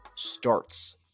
Starts